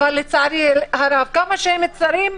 לצערי הרב, ככל שהם צרים,